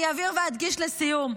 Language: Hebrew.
אני אבהיר ואדגיש לסיום,